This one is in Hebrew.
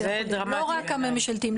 לא רק הממשלתיים.